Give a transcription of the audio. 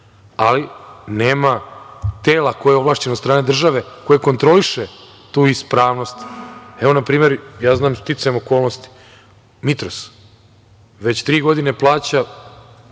ali nema tela koje je ovlašćeno od strane države koje kontroliše tu ispravnost. Na primer, ja znam sticajem okolnosti, „Mitros“, već tri godine plaća